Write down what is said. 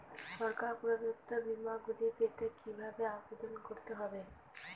সরকার প্রদত্ত বিমা গুলি পেতে কিভাবে আবেদন করতে হবে?